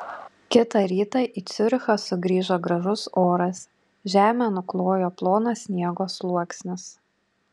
kitą rytą į ciurichą sugrįžo gražus oras žemę nuklojo plonas sniego sluoksnis